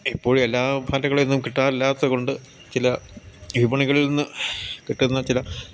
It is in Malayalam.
ഇപ്പോഴും എല്ലാ പാറ്റകളെയൊന്നും കിട്ടാറില്ലാത്തതുകൊണ്ട് ചില വിപണികളിൽ നിന്ന് കിട്ടുന്ന ചില